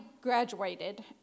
graduated